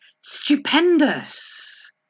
stupendous